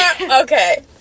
Okay